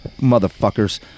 motherfuckers